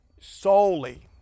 solely